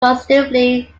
considerably